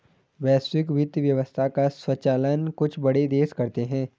वैश्विक वित्त व्यवस्था का सञ्चालन कुछ बड़े देश करते हैं